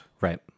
Right